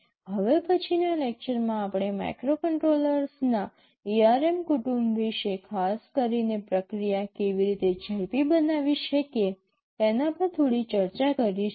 હવે પછીનાં લેક્ચરમાં આપણે માઇક્રોકન્ટ્રોલર્સના ARM કુટુંબ વિશે ખાસ કરીને પ્રક્રિયા કેવી રીતે ઝડપી બનાવી શકીએ તેના પર થોડી ચર્ચા શરૂ કરીશું